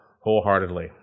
wholeheartedly